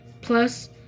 Plus